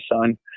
son